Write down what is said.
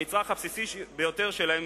המצרך הבסיסי ביותר שלהם,